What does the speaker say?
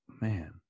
man